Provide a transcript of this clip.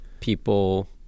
people